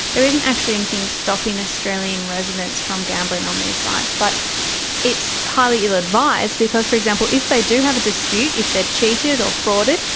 there isn't actually anything stopping australian residents from gambling on these sites, but it's highly ill-advised because, for example, if they do have a dispute, dispute, if they're cheated or frauded,